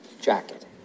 jacket